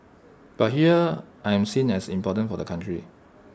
but here I am seen as important for the country